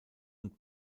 und